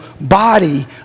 body